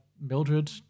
Mildred